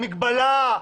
מגבלה,